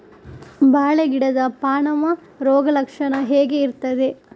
ಬಾಳೆ ಗಿಡದ ಪಾನಮ ರೋಗ ಲಕ್ಷಣ ಹೇಗೆ ಇರ್ತದೆ?